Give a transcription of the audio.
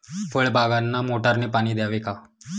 फळबागांना मोटारने पाणी द्यावे का?